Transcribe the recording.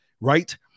Right